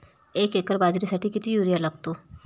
एक एकर बाजरीसाठी किती युरिया लागतो?